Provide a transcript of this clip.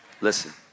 listen